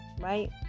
right